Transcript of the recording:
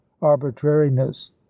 arbitrariness